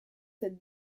cette